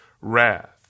wrath